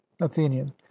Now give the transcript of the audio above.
athenian